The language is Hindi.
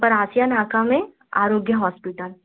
परासिया नाका में आरोग्य हॉस्पिटल